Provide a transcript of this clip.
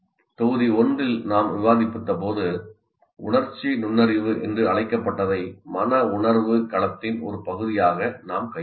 தொகுதி 1 இல் நாம் விவாதித்தபோது உணர்ச்சி நுண்ணறிவு என்று அழைக்கப்பட்டதை மன உணர்வு களத்தின் ஒரு பகுதியாக நாம் கையாண்டோம்